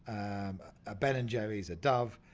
um a ben and jerry's, a dove,